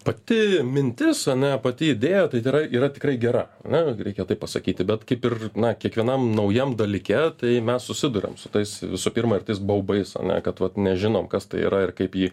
pati mintis ane pati idėja tai tikrai yra tikrai gera ana reikia taip pasakyti bet kaip ir na kiekvienam naujam dalyke tai mes susiduriam su tais visų pirma ir tais baubais o ne kad vat nežinom kas tai yra ir kaip jį